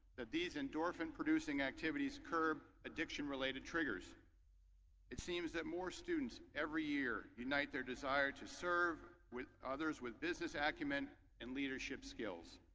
that these endorphin producing activities curb addiction related triggers it seems that more students every year ignite their desire to serve with others with business archimen and leadership skills.